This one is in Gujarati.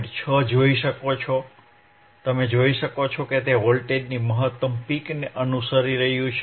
6 જોઈ શકો છો તમે જોઈ શકો છો કે તે વોલ્ટેજની મહત્તમ પીક ને અનુસરી રહ્યું છે